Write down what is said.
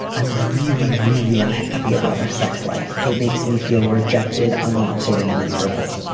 i'm really, really unhappy about our sex life. it makes me feel rejected, unwanted and miserable.